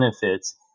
benefits